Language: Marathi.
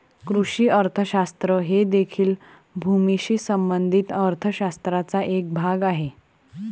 कृषी अर्थशास्त्र हे देखील भूमीशी संबंधित अर्थ शास्त्राचा एक भाग आहे